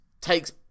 takes